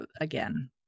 again